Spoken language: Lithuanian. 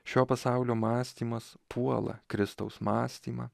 šio pasaulio mąstymas puola kristaus mąstymą